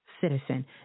citizen